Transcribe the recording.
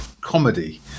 comedy